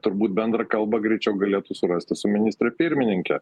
turbūt bendrą kalbą greičiau galėtų surasti su ministre pirmininke